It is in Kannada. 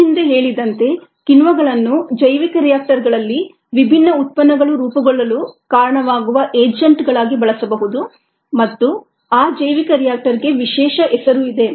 ಈ ಹಿಂದೆ ಹೇಳಿದಂತೆ ಕಿಣ್ವಗಳನ್ನು ಜೈವಿಕ ರಿಯಾಕ್ಟರ್ಗಳಲ್ಲಿ ವಿಭಿನ್ನ ಉತ್ಪನ್ನಗಳು ರೂಪುಗೊಳ್ಳಲು ಕಾರಣವಾಗುವ ಏಜೆಂಟ್ಗಳಾಗಿ ಬಳಸಬಹುದು ಮತ್ತು ಆ ಜೈವಿಕ ರಿಯಾಕ್ಟರ್ಗೆ ವಿಶೇಷ ಹೆಸರು ಇದೆ